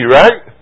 right